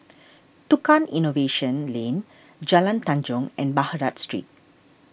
Tukang Innovation Lane Jalan Tanjong and Baghdad Street